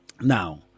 Now